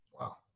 Wow